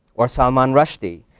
or salman rushdie,